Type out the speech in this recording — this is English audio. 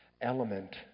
element